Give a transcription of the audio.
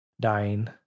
dying